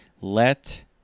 let